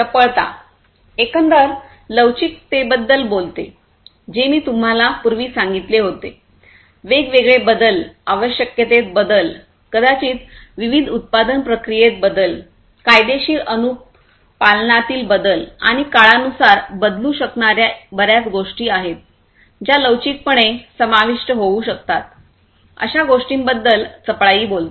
चपळता एकंदर लवचिकतेबद्दल बोलते जे मी तुम्हाला पूर्वी सांगितले होते वेगवेगळे बदल आवश्यकतेत बदल कदाचित विविध उत्पादन प्रक्रियेत बदल कायदेशीर अनुपालनातील बदल आणि काळानुसार बदलू शकणार्या बर्याच गोष्टी आहेत ज्या लवचिकपणे समाविष्ट होऊ शकतात अशा गोष्टींबद्दल चपळाई बोलते